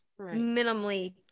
minimally